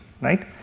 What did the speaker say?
right